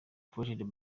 created